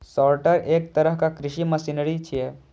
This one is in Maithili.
सॉर्टर एक तरहक कृषि मशीनरी छियै